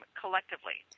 collectively